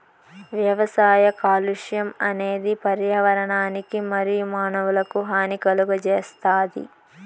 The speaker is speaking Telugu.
వ్యవసాయ కాలుష్యం అనేది పర్యావరణానికి మరియు మానవులకు హాని కలుగజేస్తాది